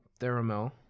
theramel